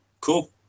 Cool